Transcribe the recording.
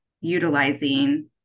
utilizing